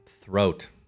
throat